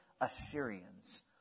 Assyrians